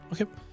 okay